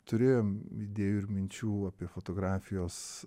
turėjom idėjų ir minčių apie fotografijos